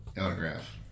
autograph